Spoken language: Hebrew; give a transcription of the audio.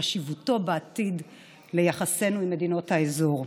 חשיבותו לעתיד יחסינו עם מדיניות האזור.